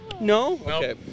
No